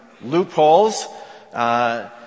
loopholes